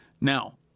Now